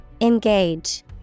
Engage